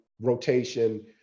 rotation